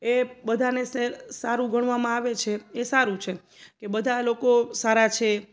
એ બધાને સે સારું ગણવામાં આવે છે એ સારું છે એ બધા લોકો સારા છે